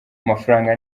amafaranga